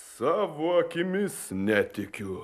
savo akimis netikiu